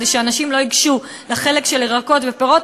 כדי שאנשים לא ייגשו לחלק של ירקות ופירות,